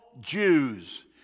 Jews